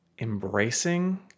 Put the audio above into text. embracing